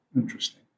Interesting